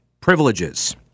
privileges